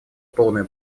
полную